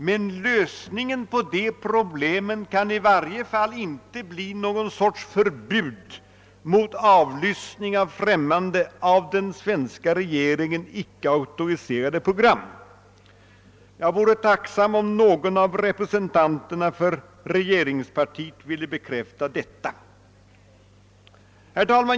Men lösningen på problemet kan i varje fall inte bli någon sorts förbud mot avlyssning av främmande, av den svenska regeringen icke auktoriserade program. Jag vore tacksam om någon av representanterna för regeringspartiet ville bekräfta detta.